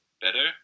better